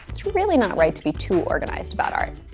it's really not right to be too organized about art.